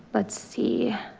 let's see.